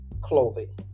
clothing